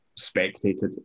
spectated